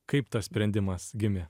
kaip tas sprendimas gimė